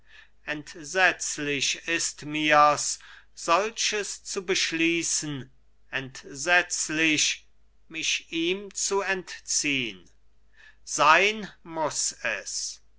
entsetzlich ist mir's solches zu beschließen entsetzlich mich ihm zu entziehn sein muß es